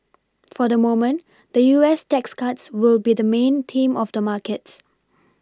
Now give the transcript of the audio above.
for the moment the U S tax cuts will be the main theme of the markets